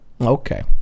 Okay